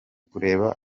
kureba